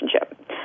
relationship